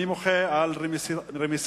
אני מוחה על רמיסת